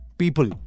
people